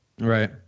right